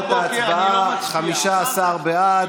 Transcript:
ואלו הן תוצאות ההצבעה: 15 בעד,